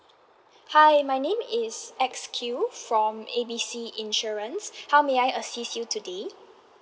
hi my name is X Q from A B C insurance how may I assist you today